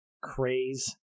craze